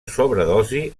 sobredosi